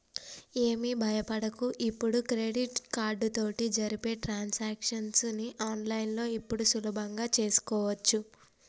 ఏమి భయపడకు ఇప్పుడు క్రెడిట్ కార్డు తోటి జరిపే ట్రాన్సాక్షన్స్ ని ఆన్లైన్లో ఇప్పుడు సులభంగా చేసుకోవచ్చు